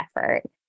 effort